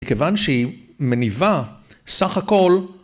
מכיוון שהיא מניבה, סך הכל,